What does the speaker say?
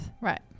right